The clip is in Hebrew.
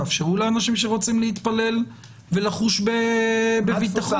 תאפשרו לאנשים שרוצים להתפלל ולחוש בביטחון.